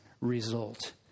result